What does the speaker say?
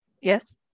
Yes